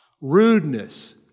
rudeness